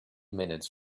minutes